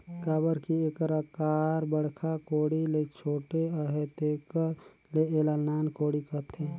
काबर कि एकर अकार बड़खा कोड़ी ले छोटे अहे तेकर ले एला नान कोड़ी कहथे